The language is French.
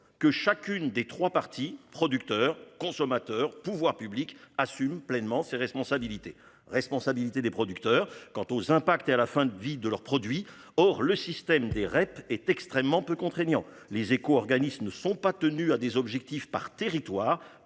que chacune des 3 parties, producteurs, consommateurs pouvoirs publics assume pleinement ses responsabilités, responsabilités des producteurs. Quant aux impacts et à la fin de vie de leurs produits. Or le système des REP est extrêmement peu contraignant Les Échos ne sont pas tenus à des objectifs par territoire